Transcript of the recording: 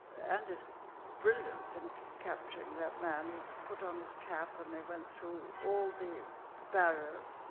and his brilliance in capturing that man. he put on his cap and they went through all the barriers,